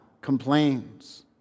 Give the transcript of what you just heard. complains